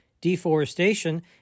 deforestation